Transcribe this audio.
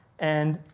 and